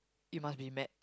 you must be mad